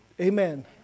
Amen